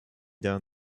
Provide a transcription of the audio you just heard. down